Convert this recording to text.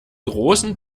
großen